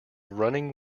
running